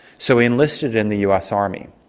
so he enlisted in the us army.